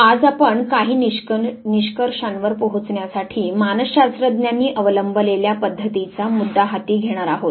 आज आपण काही निष्कर्षांवर पोहचण्यासाठी मानस शास्त्रज्ञांनी अवलंबलेल्या पद्धतीचा मुद्दा हाती घेणार आहोत